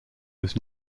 was